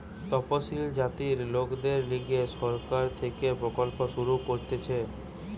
তপসিলি জাতির লোকদের লিগে সরকার থেকে প্রকল্প শুরু করতিছে